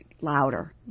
louder